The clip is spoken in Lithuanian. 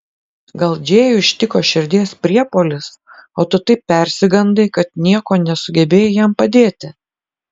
gal džėjų ištiko širdies priepuolis o tu taip persigandai kad niekuo nesugebėjai jam padėti